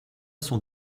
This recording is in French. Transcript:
son